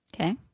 Okay